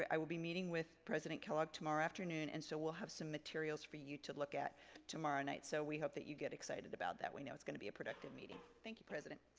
i will be meeting with president kellogg tomorrow afternoon and so we'll have some materials for you to look at tomorrow night. so we hope that you get excited about that. we know it's gonna be a productive meeting. thank you, president.